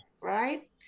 right